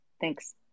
Thanks